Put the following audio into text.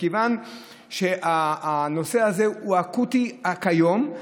מכיוון שהנושא הזה הוא אקוטי כיום,